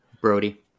Brody